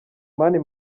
mani